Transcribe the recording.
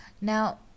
Now